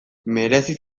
merezi